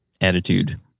attitude